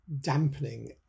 dampening